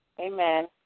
Amen